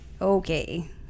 okay